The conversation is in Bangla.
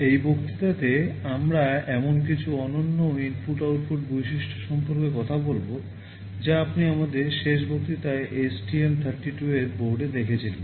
এই বক্তৃতাতে আমরা এমন কিছু অনন্য ইনপুট আউটপুট বৈশিষ্ট্য সম্পর্কে কথা বলব যা আপনি আমাদের শেষ বক্তৃতা STM 32 এর বোর্ডে দেখেছিলেন